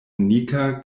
unika